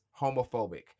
homophobic